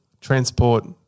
transport